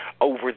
over